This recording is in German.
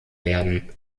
werden